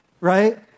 Right